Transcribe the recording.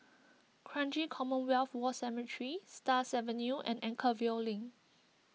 Kranji Commonwealth War Cemetery Stars Avenue and Anchorvale Link